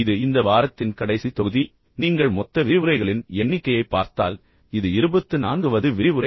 இது இந்த வாரத்தின் கடைசி தொகுதி பின்னர் நீங்கள் மொத்த விரிவுரைகளின் எண்ணிக்கையைப் பார்த்தால் இது 24 வது விரிவுரை